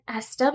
SW